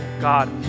God